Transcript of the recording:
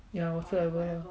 ya whatsoever lah